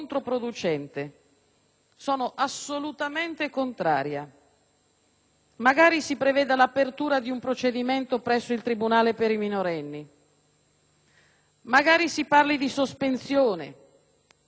Magari si preveda l'apertura di un procedimento presso il tribunale per i minorenni, magari si parli di sospensione, si preveda pure qualche misura più grave la seconda o la terza volta